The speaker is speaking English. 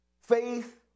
faith